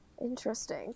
Interesting